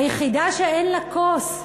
היחידה שאין לה כוס,